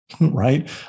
right